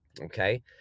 Okay